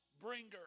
bringer